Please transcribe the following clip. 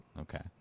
Okay